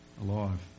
alive